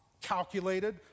calculated